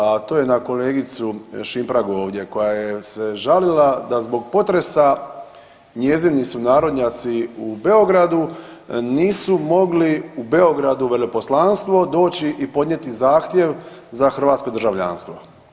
A to je na kolegicu Šimpragu ovdje koja je se žalila da zbog potresa njezini sunarodnjaci u Beogradu nisu mogli u Beogradu u veleposlanstvo doći i podnijeti zahtjev za hrvatsko državljanstvo.